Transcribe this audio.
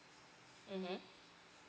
mmhmm